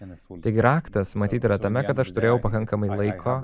taigi raktas matyt yra tame kad aš turėjau pakankamai laiko